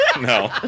no